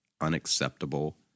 unacceptable